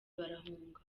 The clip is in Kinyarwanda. barahunga